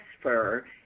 transfer